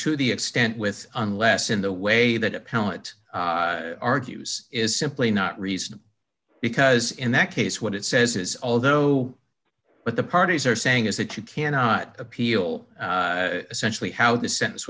to the extent with unless in the way that appellant argues is simply not reason because in that case what it says is although what the parties are saying is that you cannot appeal essentially how the sentence